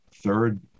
third